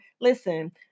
Listen